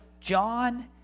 John